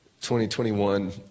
2021